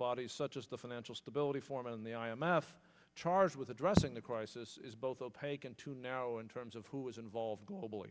bodies such as the financial stability forum on the i m f charged with addressing the crisis is both opaque and two now in terms of who is involved globally